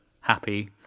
happy